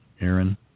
Aaron